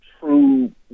true